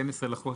מי